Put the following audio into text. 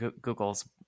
Google's